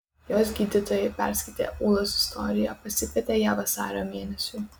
jos gydytojai perskaitę ūlos istoriją pasikvietė ją vasario mėnesiui